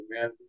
man